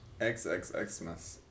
XXXmas